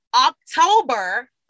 October